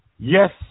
yes